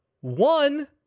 One